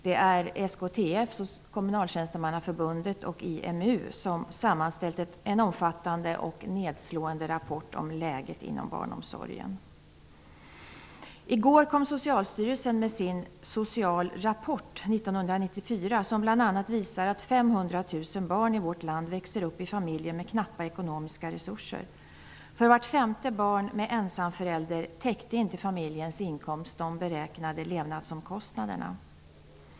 Det är SKTF, Kommunaltjänstemannaförbundet, och IMU som har sammanställt en omfattande och nedslående rapport om läget inom barnomsorgen. I går kom Socialstyrelsen med sin skrift Social rapport 1994. Den visar bl.a. att 500 000 barn i vårt land växer upp i familjer med knappa ekonomiska resurser. För vart femte barn med ensamförälder täckte inte familjens inkomst de beräknade levnadsomkostnaderna.